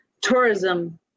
Tourism